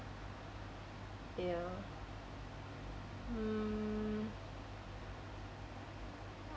ya mm